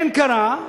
כן קרה,